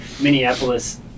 Minneapolis